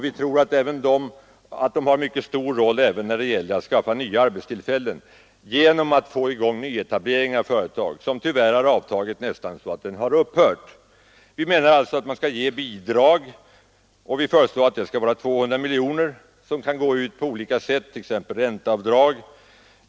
Vi tror att de mindre och medelstora företagen spelar en mycket viktig roll även när det gäller att skapa nya arbetstillfällen. Men då måste man få i gång en nyetablering av företag; den har tyvärr avtagit så att den nästan har upphört. Vi menar därför att man skall ge bidrag till nyetableringar och utvidgningar med 200 miljoner kronor, som kan gå ut på olika sätt, t.ex. genom ränteavdrag.